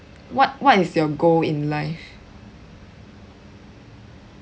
what what is your goal in life